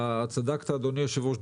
אתה צדקת, אדוני היושב-ראש.